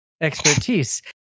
Expertise